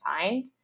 find